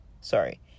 sorry